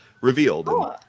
revealed